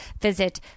visit